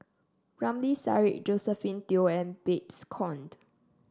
Ramli Sarip Josephine Teo and Babes Conde